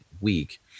week